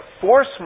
force